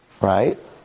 right